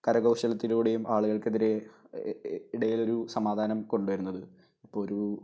കരകൗശലത്തിലൂടെയും ആളുകൾക്ക് എതിരെ ഇടയിലൊരു സമാധാനം കൊണ്ട് വരുന്നത് അപ്പം ഒരു